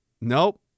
Nope